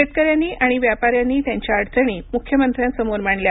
शेतकऱ्यांनी आणि व्यापाऱ्यांनी त्यांच्या अडचणी मुख्यमंत्र्यांसमोर मांडल्या